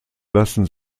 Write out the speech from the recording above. lassen